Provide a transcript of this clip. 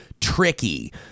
tricky